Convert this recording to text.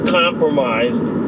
compromised